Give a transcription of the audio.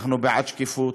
אנחנו בעד שקיפות,